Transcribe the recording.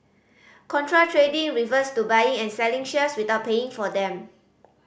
contra trading refers to buying and selling shares without paying for them